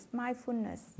mindfulness